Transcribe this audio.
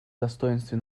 достоинстве